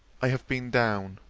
i have been down.